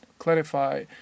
clarify